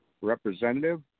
Representative